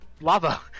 lava